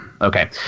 Okay